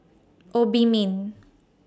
Obimin